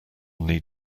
need